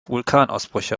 vulkanausbrüche